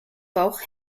bauch